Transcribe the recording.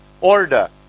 order